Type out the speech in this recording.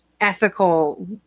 ethical